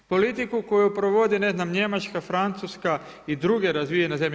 Politiku koju provodi ne znam Njemačka, Francuska, i druge razvijene zemlje.